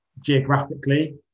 geographically